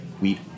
wheat